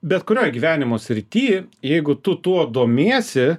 bet kurioj gyvenimo srity jeigu tu tuo domiesi